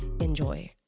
Enjoy